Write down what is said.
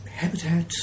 Habitat